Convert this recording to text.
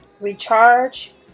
recharge